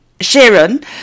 sharon